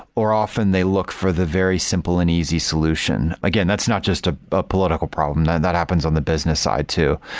or often they look for the very simple and easy solution. again, that's not just a but political problems. and that happens on the business side too.